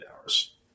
hours